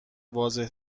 واضح